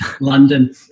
london